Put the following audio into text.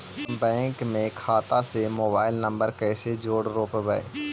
हम बैंक में खाता से मोबाईल नंबर कैसे जोड़ रोपबै?